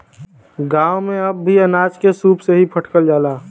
गांव में अब भी अनाज के सूप से ही फटकल जाला